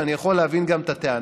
ואני גם יכול להבין את הטענה,